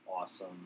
awesome